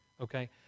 okay